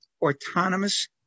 autonomous